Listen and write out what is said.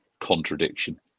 contradiction